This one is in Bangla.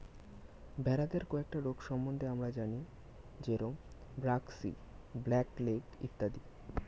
ভেড়াদের কয়েকটা রোগ সম্বন্ধে আমরা জানি যেরম ব্র্যাক্সি, ব্ল্যাক লেগ ইত্যাদি